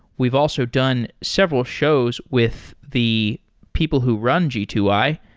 we've also done several shows with the people who run g two i,